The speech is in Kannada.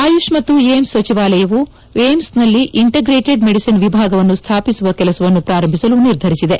ಆಯುಷ್ ಮತ್ತು ಏಮ್ಸ್ ಸಚಿವಾಲಯವು ಏಮ್ಸ್ನಲ್ಲಿ ಇಂಡೆಗ್ರೇಟೆಡ್ ಮೆಡಿಸಿನ್ ವಿಭಾಗವನ್ನು ಸ್ಣಾಪಿಸುವ ಕೆಲಸವನ್ನು ಪ್ರಾರಂಭಿಸಲು ನಿರ್ಧರಿಸಿದೆ